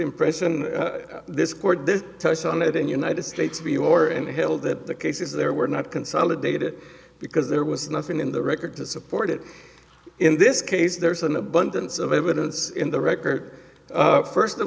impression this court this touched on it in united states v or and held that the cases there were not consolidated because there was nothing in the record to support it in this case there's an abundance of evidence in the record first of